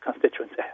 constituency